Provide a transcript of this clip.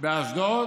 באשדוד